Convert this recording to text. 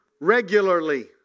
regularly